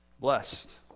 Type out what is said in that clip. Blessed